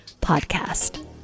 podcast